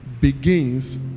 Begins